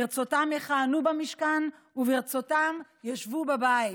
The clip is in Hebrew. ברצותם יכהנו במשכן וברצותם ישבו בבית,